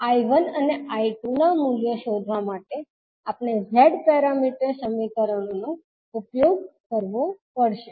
𝐈1 અને 𝐈2 ના મૂલ્યો શોધવા માટે આપણે Z પેરામીટર સમીકરણોનો ઉપયોગ કરવો પડશે